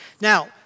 Now